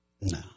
No